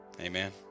Amen